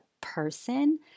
person